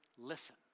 listen